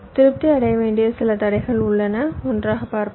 திருப்தி அடைய வேண்டிய சில தடைகள் உள்ளன ஒவ்வொன்றாக பார்ப்போம்